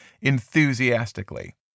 enthusiastically